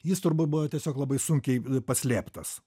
jis turbūt buvo tiesiog labai sunkiai paslėptas